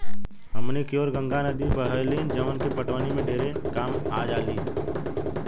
हमनी कियोर गंगा नद्दी बहेली जवन की पटवनी में ढेरे कामे आजाली